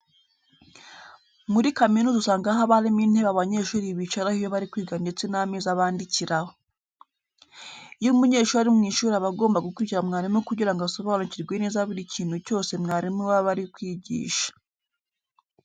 Muri kaminuza usanga haba harimo intebe abanyeshuri bicaraho iyo bari kwiga ndetse n'ameza bandikiraho. Iyo umunyeshuri ari mu ishuri aba agomba gukurikira mwarimu kugira ngo asobanukirwe neza buri kintu cyose mwarimu we aba ari kwigisha.